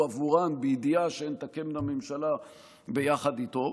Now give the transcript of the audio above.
עבורן בידיעה שהן תקמנה ממשלה ביחד איתו.